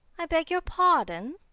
i beg your pardon?